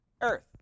Earth